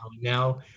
Now